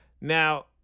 Now